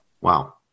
Wow